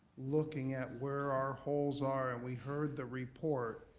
looking at where our holes are and we heard the report.